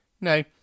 No